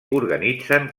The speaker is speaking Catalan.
organitzen